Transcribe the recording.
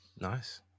Nice